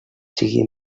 sigui